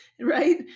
right